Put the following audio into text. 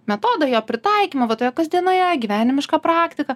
metodą jo pritaikymą va toje kasdienoje gyvenimiška praktika